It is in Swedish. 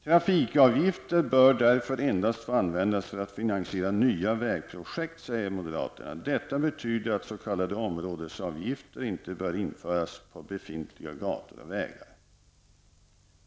Trafikavgifter bör endast få användas för att finansiera nya vägprojekt, säger moderaterna. Detta betyder att s.k. områdesavgifter inte bör införas på befintliga gator och vägar.